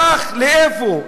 ברח לאיפה?